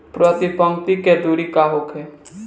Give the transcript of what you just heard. प्रति पंक्ति के दूरी का होखे?